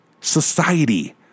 society